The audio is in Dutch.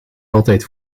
altijd